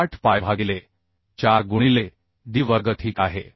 78पायभागिले 4 गुणिले d वर्ग ठीक आहे